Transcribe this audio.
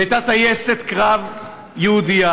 היא הייתה טייסת קרב יהודייה,